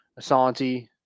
Asante